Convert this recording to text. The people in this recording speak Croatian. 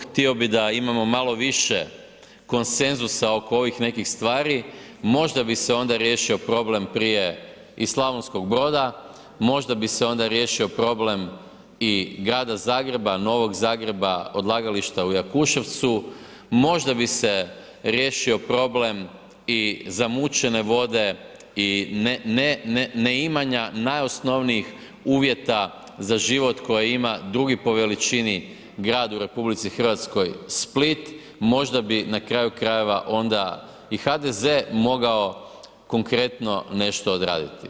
Htio bih da imamo malo više konsenzusa oko ovih nekih stvari, možda bi se onda riješio problem prije i Slavonskog Broda, možda bi se onda riješio problem i Grada Zagreba, Novog Zagreba, odlagališta u Jakuševcu, možda bi se riješio problem i zamućene vode i neimanja najosnovnijih uvjeta za život koji ima drugi po veličini grad u RH, Split, možda bi na kraju krajeva onda i HDZ mogao konkretno nešto odraditi.